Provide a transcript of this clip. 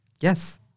Yes